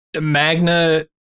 magna